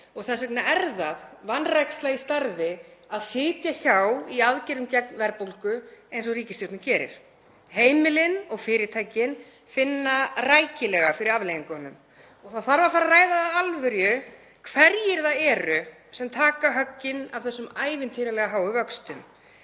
og þess vegna er það vanræksla í starfi að sitja hjá í aðgerðum gegn verðbólgu eins og ríkisstjórnin gerir. Heimilin og fyrirtækin finna rækilega fyrir afleiðingunum og það þarf að fara að ræða af alvöru hverjir það eru sem taka höggin af þessum ævintýralega háu vöxtum.